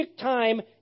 time